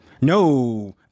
No